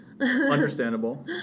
Understandable